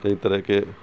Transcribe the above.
کئی طرح کے